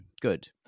Good